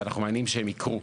ואנחנו מאמינים שהם יקרו.